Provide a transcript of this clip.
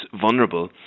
vulnerable